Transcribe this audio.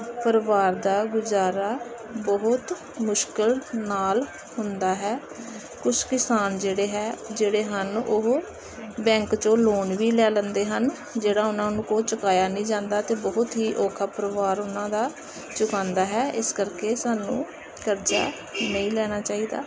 ਪਰਿਵਾਰ ਦਾ ਗੁਜ਼ਾਰਾ ਬਹੁਤ ਮੁਸ਼ਕਲ ਨਾਲ ਹੁੰਦਾ ਹੈ ਕੁਛ ਕਿਸਾਨ ਜਿਹੜੇ ਹੈ ਜਿਹੜੇ ਹਨ ਉਹ ਬੈਂਕ 'ਚੋਂ ਲੋਨ ਵੀ ਲੈ ਲੈਂਦੇ ਹਨ ਜਿਹੜਾ ਉਹਨਾਂ ਨੂੰ ਕੋਲੋਂ ਚੁਕਾਇਆ ਨਹੀਂ ਜਾਂਦਾ ਅਤੇ ਬਹੁਤ ਹੀ ਔਖਾ ਪਰਿਵਾਰ ਉਹਨਾਂ ਦਾ ਚੁਕਾਉਂਦਾ ਹੈ ਇਸ ਕਰਕੇ ਸਾਨੂੰ ਕਰਜ਼ਾ ਨਹੀਂ ਲੈਣਾ ਚਾਹੀਦਾ